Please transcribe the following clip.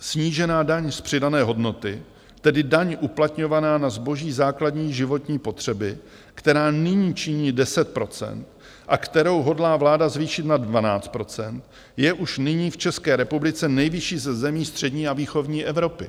Snížená daň z přidané hodnoty, tedy daň uplatňovaná na zboží základní životní potřeby, která nyní činí 10 % a kterou hodlá vláda zvýšit na 12 %, je už nyní v České republice nejvyšší ze zemí střední a východní Evropy.